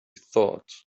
thought